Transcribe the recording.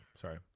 Sorry